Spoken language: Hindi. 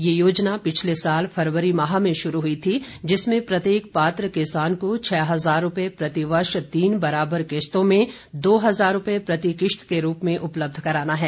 यह योजना पिछले साल फरवरी माह में शुरू हुई थी जिसमें प्रत्येक पात्र किसानों को छह हजार रुपये प्रति वर्ष तीन बराबर किस्तों में दो हजार रुपये प्रति किस्त की दर से उपलब्ध कराना है